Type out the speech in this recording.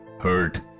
hurt